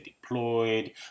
deployed